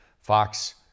Fox